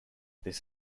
this